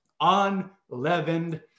Unleavened